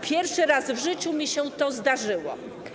Pierwszy raz w życiu mi się to zdarzyło.